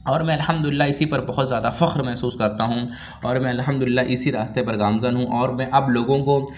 اور میں الحمد اللہ اِسی پر بہت زیادہ فخر محسوس کرتا ہوں اور میں الحمد اللہ اِسی راستے پر گامزن ہوں اور میں اب لوگوں کو